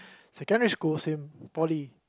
secondary school same poly